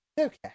Okay